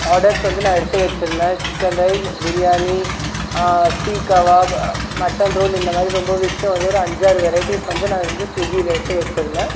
orders வந்து நான் எடுத்து வைச்சிருந்தேன் chicken rice biryani seekh kebab mutton roll இந்த மாதிரி ரொம்ப டிஸ்ஸை வந்து நான் அஞ்சாறு வெரைட்டிஸ் வந்து நான் வந்து ஸ்விக்கியில் எடுத்து வெச்சிருந்தேன்